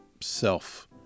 self